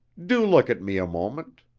do look at me a moment.